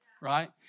right